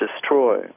destroy